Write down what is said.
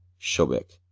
shobek,